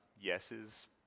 yeses